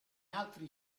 altri